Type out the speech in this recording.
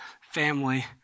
family